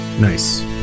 Nice